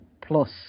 plus